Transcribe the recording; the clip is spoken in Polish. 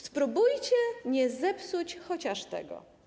Spróbujcie nie zepsuć chociaż tego.